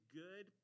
good